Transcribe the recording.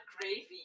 gravy